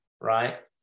right